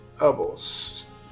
Elbows